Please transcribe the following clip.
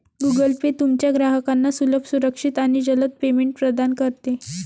Google Pay तुमच्या ग्राहकांना सुलभ, सुरक्षित आणि जलद पेमेंट प्रदान करते